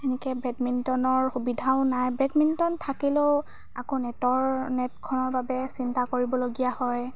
এনেকৈ বেডমিণ্টনৰ সুবিধাও নাই বেডমিণ্টন থাকিলেও আকৌ নেটৰ নেটখনৰ বাবে চিন্তা কৰিবলগীয়া হয়